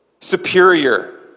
superior